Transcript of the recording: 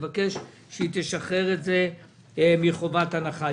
שהיא תשחרר את זה מחובת הנחה.